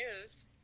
news